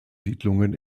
siedlungen